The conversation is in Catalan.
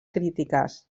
crítiques